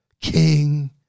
king